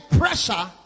pressure